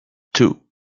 two